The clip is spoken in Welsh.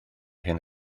hyn